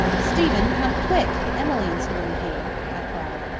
stephen, come quick! emmeline's nearly here, i cried.